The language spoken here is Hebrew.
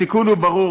התיקון ברור,